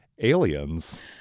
aliens